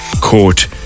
court